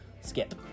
skip